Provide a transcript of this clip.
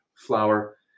Flour